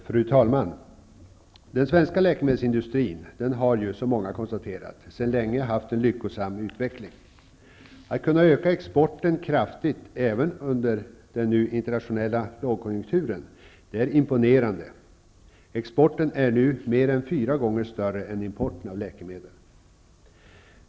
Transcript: Fru talman! Den svenska läkemedelsindustrin har, som många konstaterat, sedan länge haft en lyckosam utveckling. Att kunna öka exporten kraftigt även nu under den internationella lågkonjunkturen är imponerande; exporten är nu mer än fyra gånger större än importen av läkemedel.